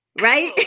Right